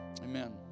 Amen